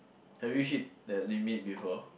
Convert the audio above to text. have you hit that limit before